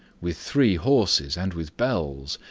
with three horses and with bells,